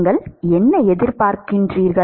நீங்கள் என்ன எதிர்பார்க்கின்றீர்கள்